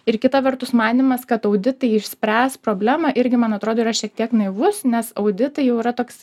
ir kita vertus manymas kad auditai išspręs problemą irgi man atrodo yra šiek tiek naivus nes auditai jau yra toks